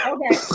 Okay